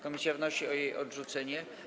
Komisja wnosi o jej odrzucenie.